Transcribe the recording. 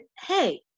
hey